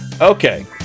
Okay